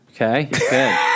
Okay